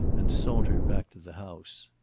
and sauntered back to the house.